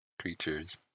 creatures